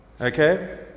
Okay